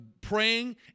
praying